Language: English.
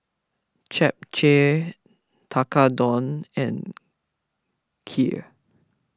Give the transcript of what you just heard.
Japchae Tekkadon and Kheer